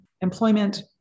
employment